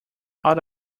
out